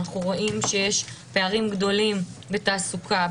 אנחנו רואים שיש פערים גדולים בתעסוקה,